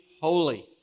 holy